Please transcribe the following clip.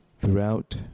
throughout